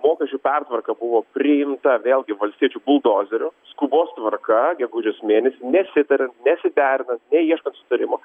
mokesčių pertvarka buvo priimta vėlgi valstiečių buldozerio skubos tvarka gegužės mėnesį nesitariant nesiderinant neieškant sutarimo